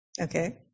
Okay